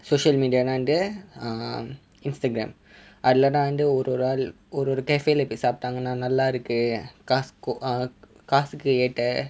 social media என்ன வந்து:enna vanthu um instagram அதுல தான் வந்து ஒரு ஒரு ஆள் ஒரு ஒரு:athule thaan vanthu oru oru aal oru oru cafe போய் சாப்டாங்கன்னா நல்லா இருக்கு காசுக்கோ~:poi saptanganna nalla irukku kasuko~ uh காசுக்கு ஏத்த:kasukku yettha